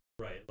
Right